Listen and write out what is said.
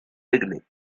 beginning